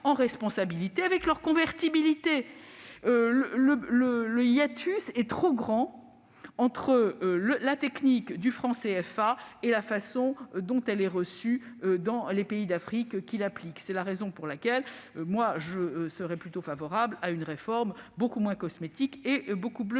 en responsabilité de leurs convertibilités. Le hiatus est trop grand entre la technique du franc CFA et la façon dont celle-ci est reçue dans les pays d'Afrique qui l'appliquent. C'est la raison pour laquelle je serais favorable à une réforme beaucoup moins cosmétique et beaucoup plus